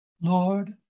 Lord